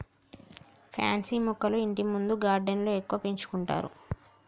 pansy మొక్కలు ఇంటిముందు గార్డెన్లో ఎక్కువగా పెంచుకుంటారు